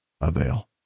avail